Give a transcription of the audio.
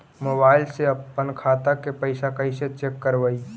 Mobile से अपन खाता के पैसा कैसे चेक करबई?